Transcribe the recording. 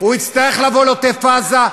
הוא יצטרך לבוא לעוטף-עזה,